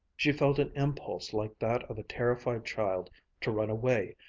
she felt an impulse like that of a terrified child to run away,